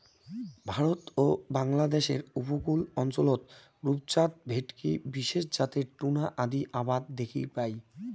ভারত ও বাংলাদ্যাশের উপকূল অঞ্চলত রূপচাঁদ, ভেটকি বিশেষ জাতের টুনা আদি আবাদ দ্যাখির পাই